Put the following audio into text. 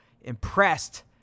impressed